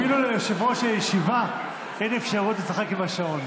אפילו ליושב-ראש הישיבה אין אפשרות לשחק עם השעון,